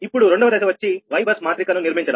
ఇప్పుడు రెండవ దశ వచ్చి Y బస్ మాత్రిక ను నిర్మించడం